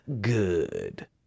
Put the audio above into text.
Good